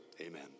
Amen